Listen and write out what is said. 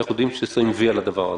שאנחנו יודעים שנשים "וי" על הדבר הזה?